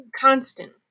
Constant